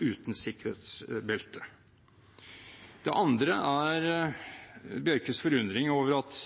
uten sikkerhetsbelte. Det andre er Bjørkes forundring over at